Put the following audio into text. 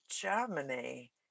Germany